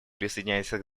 присоединяется